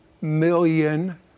million